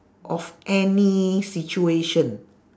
of any situation